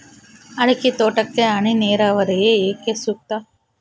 ಅಡಿಕೆ ತೋಟಕ್ಕೆ ಹನಿ ನೇರಾವರಿಯೇ ಏಕೆ ಸೂಕ್ತ?